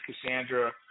Cassandra